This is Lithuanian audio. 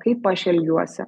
kaip aš elgiuosi